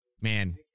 Man